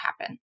happen